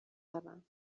برم